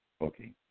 okay